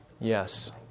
Yes